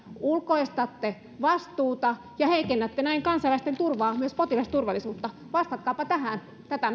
ulkoistatte vastuuta ja heikennätte näin kansalaisten turvaa myös potilasturvallisuutta vastatkaapa tähän tätä